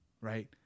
right